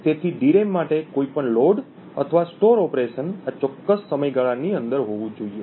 તેથી ડીરેમ માટે કોઈપણ લોડ અથવા સ્ટોર ઓપરેશન આ ચોક્કસ સમયગાળાની અંદર હોવું જોઈએ